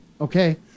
Okay